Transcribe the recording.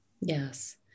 Yes